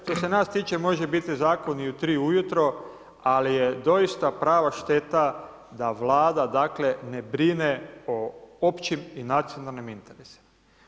Što se nas tiče, može biti zakon i u 3 ujutro, ali je doista prava šteta da Vlada, dakle, ne brine o općim i nacionalnim interesima.